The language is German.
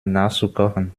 nachzukochen